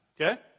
Okay